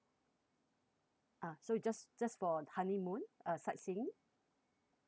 ah so just just for honeymoon uh sightseeing